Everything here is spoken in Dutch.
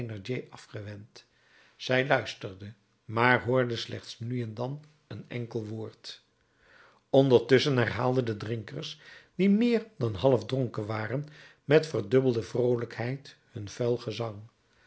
afgewend zij luisterde maar hoorde slechts nu en dan een enkel woord ondertusschen herhaalden de drinkers die meer dan half dronken waren met verdubbelde vroolijkheid hun vuil gezang